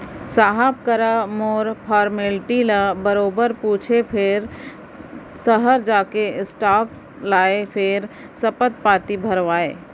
साहब करा मोर फारमेल्टी ल बरोबर पूछें फेर सहर जाके स्टांप लाएँ फेर सपथ पाती भरवाएंव